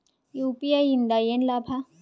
UPI ಇಂದ ಏನ್ ಲಾಭ?